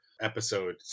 episode